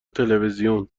تلویزیون